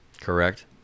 Correct